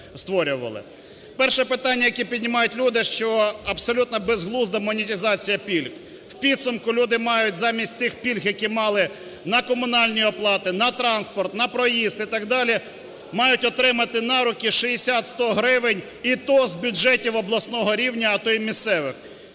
Перше питання, яке піднімають люди, що абсолютно безглузда монетизація пільг. В підсумку люди мають замість тих пільг, які мали на комунальні оплати, на транспорт, на проїзд і так далі, мають отримати на руки 60-100 гривень і то з бюджетів обласного рівня, а то й місцевих.